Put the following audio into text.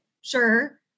Sure